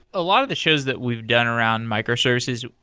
a lot of the shows that we've done around microservices,